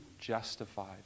justified